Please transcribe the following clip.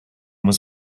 was